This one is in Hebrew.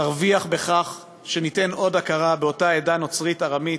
נרוויח בכך שניתן עוד הכרה באותה עדה נוצרית-ארמית,